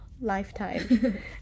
lifetime